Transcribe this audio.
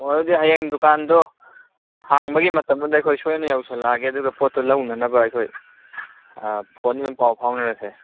ꯍꯣꯏ ꯑꯗꯨꯗꯤ ꯍꯌꯦꯡ ꯗꯨꯀꯥꯟꯗꯣ ꯍꯥꯡꯕꯒꯤ ꯃꯇꯝꯗꯨꯗ ꯑꯩꯈꯣꯏ ꯁꯣꯏꯗꯅ ꯌꯧꯁꯤꯜꯂꯛꯑꯒꯦ ꯑꯗꯨꯒ ꯄꯣꯠꯇꯨ ꯂꯧꯅꯅꯕ ꯑꯩꯈꯣꯏ ꯐꯣꯟꯗ ꯑꯗꯨꯝ ꯄꯥꯎ ꯐꯥꯎꯅꯔꯁꯦ